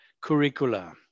curricula